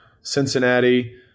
Cincinnati